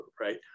right